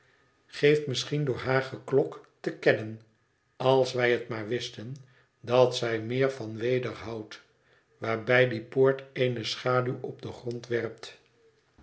geeft misschien door haar geklok te kennen als wij het maar wijten dat zj meer van weder houdt waarbij die poort eene schaduw op den grond werpt